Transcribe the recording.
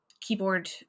keyboard